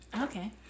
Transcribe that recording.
Okay